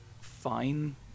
fine